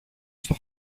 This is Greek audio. στο